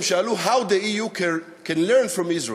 שאלו: How can the UK learn from Israel?